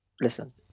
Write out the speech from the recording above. listen